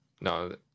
no